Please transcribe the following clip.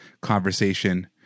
conversation